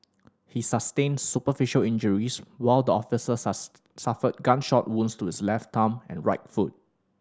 he sustained superficial injuries while the officer suffered gunshot wounds to his left thumb and right foot